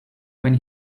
when